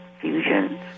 fusions